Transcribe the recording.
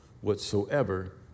whatsoever